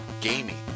gaming